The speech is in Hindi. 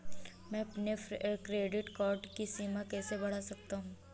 मैं अपने क्रेडिट कार्ड की सीमा कैसे बढ़ा सकता हूँ?